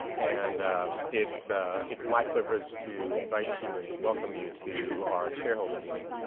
and it's it's my privilege to invite you and welcome you to our shareholder meeting.